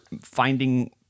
finding